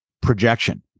projection